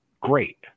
great